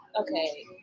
okay